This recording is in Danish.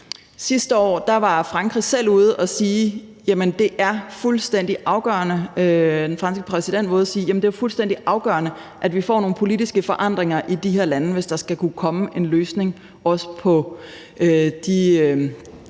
Sidste år var den franske præsident selv ude at sige, at det er fuldstændig afgørende, at vi får nogle politiske forandringer i de her lande, hvis der skal kunne komme en løsning på de